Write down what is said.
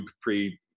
pre